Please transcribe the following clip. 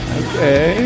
okay